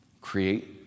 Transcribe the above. create